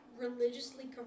religiously